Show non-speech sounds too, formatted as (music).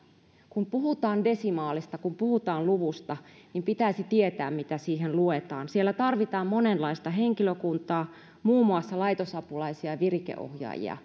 kun puhutaan desimaalista kun puhutaan luvusta niin pitäisi tietää mitä siihen luetaan siellä tarvitaan monenlaista henkilökuntaa muun muassa lai tosapulaisia ja virikeohjaajia (unintelligible)